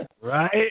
Right